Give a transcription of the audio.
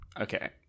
okay